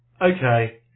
Okay